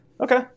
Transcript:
Okay